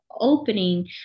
opening